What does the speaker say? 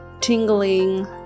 tingling